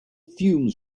fumes